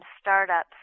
startups